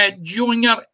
Junior